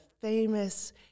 famous